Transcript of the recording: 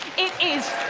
it is